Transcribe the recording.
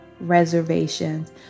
reservations